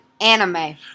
anime